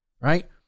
Right